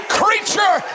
creature